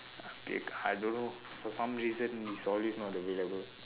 adik I don't know for some reason he's always not available